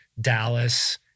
Dallas